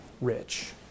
rich